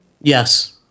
Yes